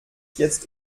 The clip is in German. jetzt